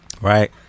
Right